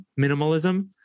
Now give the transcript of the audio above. minimalism